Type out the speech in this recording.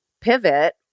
pivot